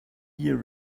year